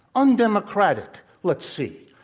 undemocratic? let's see.